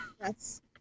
Yes